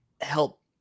help